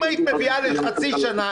אם היית מביאה לחצי שנה,